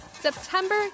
September